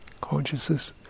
Consciousness